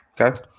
Okay